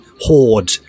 horde